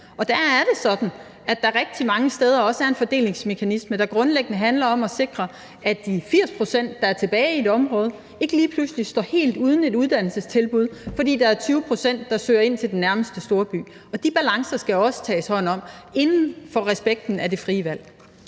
der er det sådan, at der rigtig mange steder er en fordelingsmekanisme, der grundlæggende handler om at sikre, at de 80 pct., der er tilbage i et område, ikke lige pludselig står helt uden et uddannelsestilbud, fordi der er 20 pct., der søger ind til den nærmeste storby. Og de balancer skal der også tages hånd om inden for respekten af det frie valg.